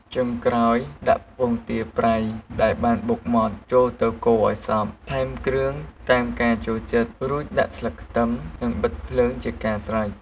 ចុងក្រោយ ដាក់ពងទាប្រៃដែលបានបុកម៉ដ្ឋ ចូលទៅកូរឱ្យសព្វ ថែមគ្រឿងតាមការចូលចិត្ត រួចដាក់ស្លឹកខ្ទឹម និងបិទភ្លើងជាការស្រេច។